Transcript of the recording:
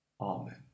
Amen